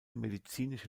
medizinische